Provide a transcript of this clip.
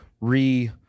re